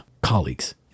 colleagues